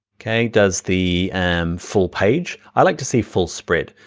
okay, does the and full page i like to see full spread.